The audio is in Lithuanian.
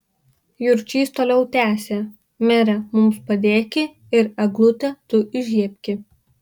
jurčys toliau tęsė mere mums padėki ir eglutę tu įžiebki